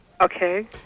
Okay